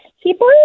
People